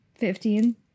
Fifteen